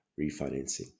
refinancing